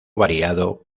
variado